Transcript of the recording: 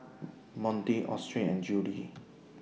Monty Austen and Juli